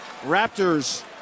Raptors